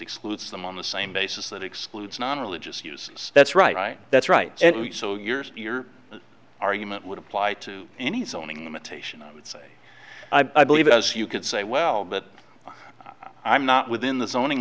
excludes them on the same basis that excludes non religious use that's right that's right and so yours your argument would apply to any zoning imitation i would say i believe as you could say well but i'm not within the zoning